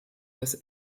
das